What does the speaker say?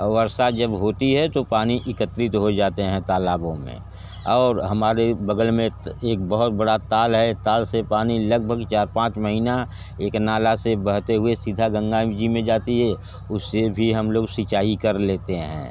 वर्षा जब होती है तो पानी इकत्रित हो जाते है तालाबों मे और हमारे बगल में एक बहुत बड़ा ताल है ताल से पानी लगभग चार पाँच महीना एक नाला से बहते हुए सीधा गंगा जी में जाती है उससे भी हम लोग सिंचाई कर लेते है